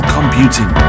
Computing